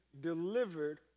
delivered